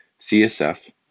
CSF